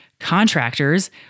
contractors